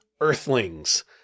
Earthlings